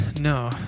No